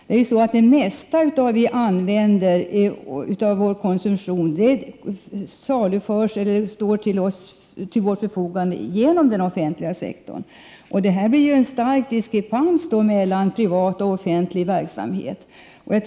Det mesta av vår konsumtion står till vårt förfogande genom den offentliga sektorn. Då uppstår en stark diskrepans mellan privat och offentlig verksamhet.